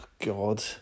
God